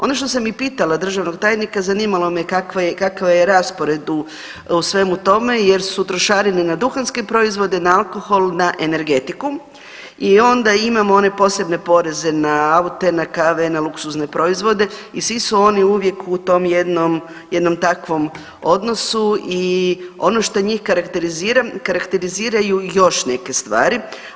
Ono što sam i pitala državnog tajnika zanimalo me kakav je raspored u svemu tome, jer su trošarine na duhanske proizvode, na alkohol, na energetiku i onda imamo one posebne poreze na aute, na kave, na luksuzne proizvode i svi su oni uvijek u tom jednom takvom odnosu i ono što njih karakterizira, karakteriziraju ih još neke stvari.